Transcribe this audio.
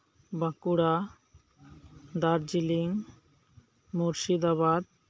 Bankura Darjeeling Murshidabad